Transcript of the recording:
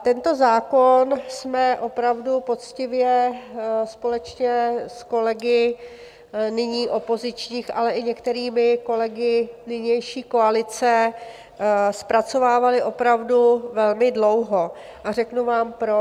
Tento zákon jsme opravdu poctivě společně s kolegy nyní opozičních, ale i některými kolegy nynější koalice zpracovávali opravdu velmi dlouho, a řeknu vám proč.